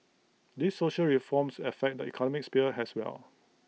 these social reforms affect the economic sphere as well